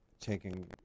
taking